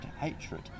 hatred